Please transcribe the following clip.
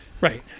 Right